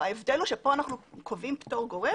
ההבדל הוא שכאן אנחנו קובעים פטור גורף